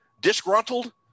disgruntled